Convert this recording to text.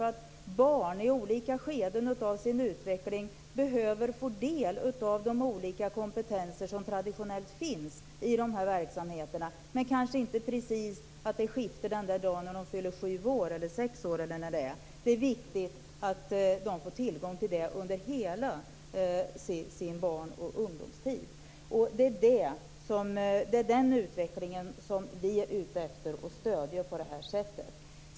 Barn behöver i olika skeden av sin utveckling få del av de olika kompetenser som traditionellt finns i de här verksamheterna. Men det kanske inte precis skiftar den dag då de fyller sju år eller sex år eller när det nu är. Det är viktigt att de får tillgång till detta under hela sin barn och ungdomstid. Det är den utvecklingen vi är ute efter att stödja på de här sättet.